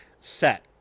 set